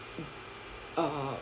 uh